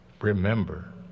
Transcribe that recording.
remember